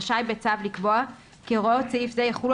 רשאי בצו לקבוע כי הוראות סעיף זה יחולו